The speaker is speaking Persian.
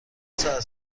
ساعتی